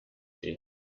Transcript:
ich